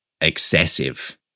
excessive